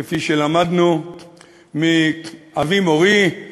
כפי שלמדנו מאבי מורי,